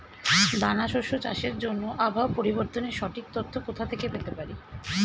দানা শস্য চাষের জন্য আবহাওয়া পরিবর্তনের সঠিক তথ্য কোথা থেকে পেতে পারি?